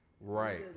right